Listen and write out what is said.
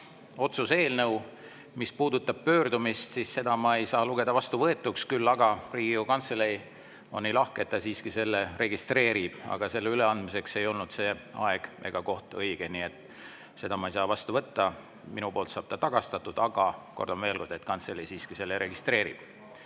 otsuse eelnõu. Mis puudutab pöördumist, siis seda ma ei saa lugeda vastuvõetuks. Küll aga Riigikogu Kantselei on nii lahke, et ta siiski selle registreerib, aga selle üleandmiseks ei olnud see aeg ega koht õige. Nii et seda ma ei saa vastu võtta. Mina selle tagastan, kuid, kordan veel, kantselei siiski selle registreerib.